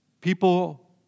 People